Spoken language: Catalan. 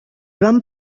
van